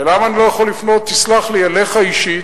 ולמה אני לא יכול לפנות, תסלח לי, אליך אישית?